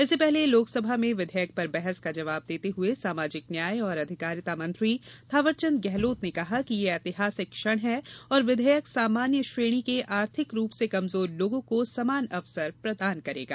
इससे पहले लोकसभा में विधेयक पर बहस का जवाब देते हुए सामाजिक न्याय और आधिकारिता मंत्री थावरचंद गहलोत ने कहा कि यह ऐतिहासिक क्षण है और विधेयक सामान्य श्रेणी के आर्थिक रूप से कमजोर लोगों को समान अवसर प्रदान करेगा